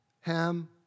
Ham